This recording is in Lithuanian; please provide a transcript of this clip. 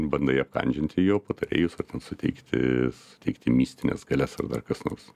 bandai apkandžioti jo patarėjus ar suteikti suteikti mistines galias ar dar kas nors